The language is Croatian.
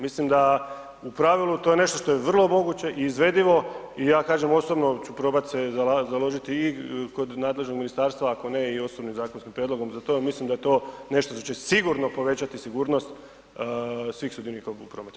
Mislim da u pravilu to je nešto što je vrlo moguće i izvedivo i ja kažem osobno ću probat se založiti i kod nadležnog ministarstva, ako ne i osobnim zakonskim prijedlogom za to, mislim da je to nešto što će sigurno povećati sigurnost svih sudionika u prometu.